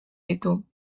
ditu